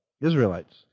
Israelites